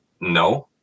no